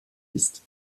ist